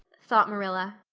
thought marilla,